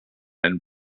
and